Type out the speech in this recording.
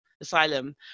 asylum